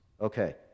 Okay